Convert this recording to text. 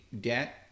debt